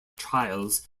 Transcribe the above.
trials